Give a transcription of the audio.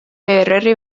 erri